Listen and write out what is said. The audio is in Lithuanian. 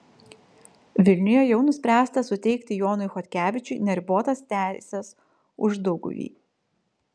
vilniuje jau nuspręsta suteikti jonui chodkevičiui neribotas teises uždauguvy